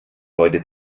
heute